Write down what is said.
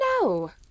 No